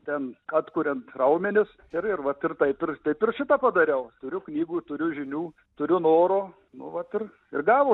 ten atkuriant raumenis ir vat ir taip ir šitą padariau turiu knygų turiu žinių turiu noro nu vat ir gavosi